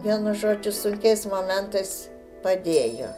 vienu žodžiu sunkiais momentais padėjo